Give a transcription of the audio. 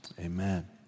amen